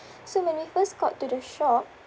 so when we first got to the shop